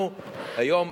אנחנו היום,